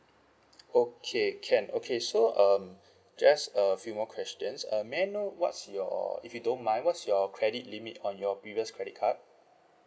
okay can okay so um just a few more questions uh may I know what's your if you don't mind what's your credit limit on your previous credit card